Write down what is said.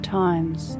times